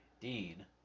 Dean